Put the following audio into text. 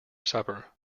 supper